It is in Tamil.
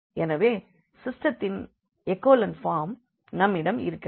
எனவே சிஸ்டெத்தின் எகோலன் ஃபார்ம் நம்மிடம் இருக்கிறது